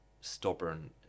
stubborn